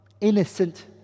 Innocent